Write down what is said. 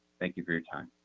thank you for your time.